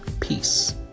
Peace